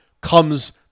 comes